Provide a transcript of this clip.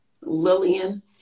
Lillian